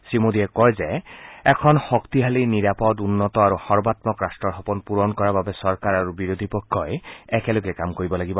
শ্ৰীমোডীয়ে কয় যে এখন শক্তিশালী নিৰাপদ উন্নত আৰু সৰ্বাম্মক ৰাট্টৰ সপোন পূৰণ কৰাৰ বাবে চৰকাৰ আৰু বিৰোধী পক্ষই একেলগে কাম কৰিব লাগিব